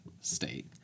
state